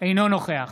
אינו נוכח